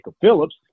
Phillips